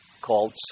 called